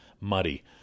muddy